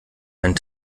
einen